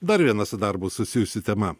dar viena su darbu susijusi tema